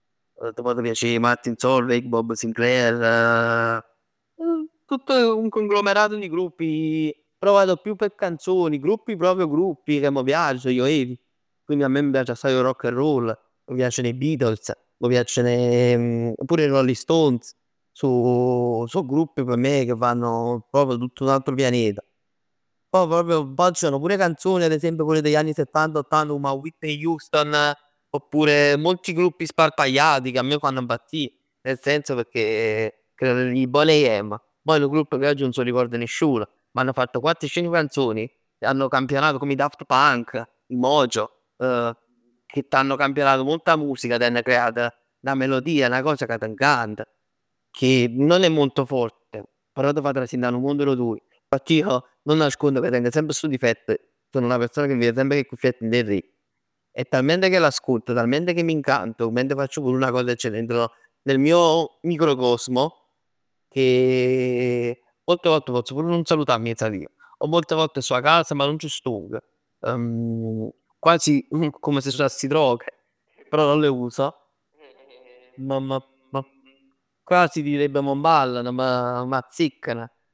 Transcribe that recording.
T'pot piacè Martin Solveig, Bob Sinclar, tutt un conglomerato di gruppi però vado più per canzoni. Gruppi proprio gruppi cà m' piacn gli Oasis, quindi a' me m' piac assaj 'o Rock and Roll, m'piacn 'e Beatles, m'piacn 'e pur 'e Rolling Stones. So so gruppi p' me che vanno proprio tutto su un altro pianeta. Poj proprio, pò ci sono pure canzoni ad esempio qulle degli anni Settanta, Ottanta comm 'a Whitney Houston, oppure molti gruppi sparpagliati che a me m' fann impazzì. Nel senso, pecchè, credo negli Boney M. Mo è nu grupp' ca oggi nun s' 'o ricord nisciun. Ma hanno fatt quatt cinc canzoni, hanno campionato, come i Daft Punk, i Modjo che t'hann campionato molta musica, t'hann creat nà melodia, nà cos cà t' incant. Che non è molto forte, però t' fa trasì dint' 'a nu mond dò tuoj. Infatti io non nascondo cà teng semp stu difett, sono una persona ca vive semp co 'e cuffiett dint 'e recchie. E talmente che l'ascolto, talmente che mi incanto mentre faccio pure una cosa accedo dentro nel mio microcosmo e molte volte pozz pur nun salutà miezz 'a vij. O molte volte stong 'a cas ma nun ci stong. Quasi come se usassi droghe, però non le uso m'-m'-m' qua si direbbe m'pallan, m'azzecan.